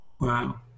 Wow